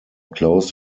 closed